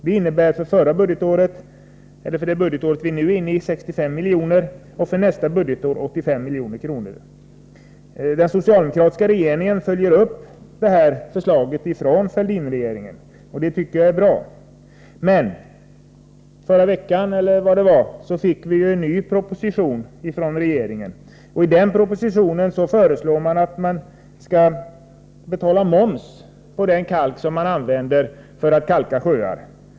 Det innebär för innevarande budgetår 65 milj.kr. och för nästa budgetår 85 milj.kr. Den socialdemokratiska regeringen följer upp detta förslag från Fälldinregeringen, och det tycker jag är bra. Förra veckan, tror jag att det var, lade regeringen fram en ny proposition. I den propositionen föreslås att man skall betala moms på den kalk som man använder för att kalka sjöar.